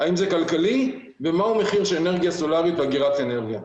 האם זה כלכלי ומהו מחיר של אנרגיה סולרית ואגירת אנרגיה.